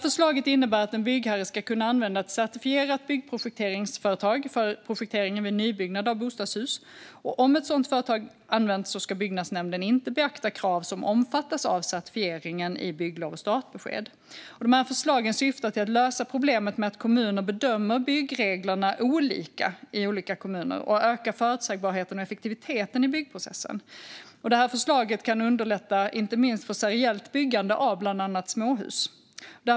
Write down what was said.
Förslaget innebär att en byggherre ska kunna använda ett certifierat byggprojekteringsföretag för projekteringen vid nybyggnad av bostadshus, och om ett sådant företag används ska byggnadsnämnden inte beakta krav som omfattas av certifieringen i bygglov och startbesked. Dessa förslag syftar till att lösa problemet med att olika kommuner bedömer byggreglerna olika och till att öka förutsägbarheten och effektiviteten i byggprocessen, vilket kan underlätta inte minst för seriellt byggande av bland annat småhus.